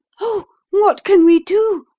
oh, what can we do?